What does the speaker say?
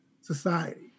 society